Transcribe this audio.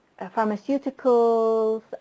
pharmaceuticals